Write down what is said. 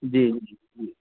جی جی